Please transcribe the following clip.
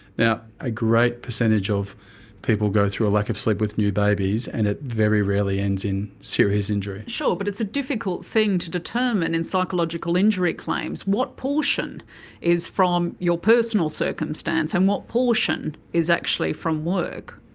now, a great percentage of people go through a lack of sleep with new babies and it very rarely ends in serious injury. sure, but it's a difficult thing to determine in psychological injury claims what portion is from your personal circumstance, and what portion is actually from work.